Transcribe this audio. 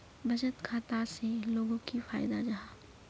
बचत खाता से लोगोक की फायदा जाहा?